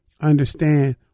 understand